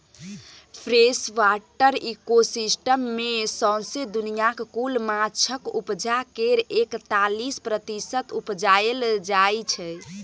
freshwater ecosystem मे सौसें दुनियाँक कुल माछक उपजा केर एकतालीस प्रतिशत उपजाएल जाइ छै